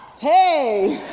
hey!